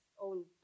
own